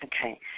Okay